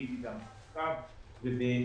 אני אסיים.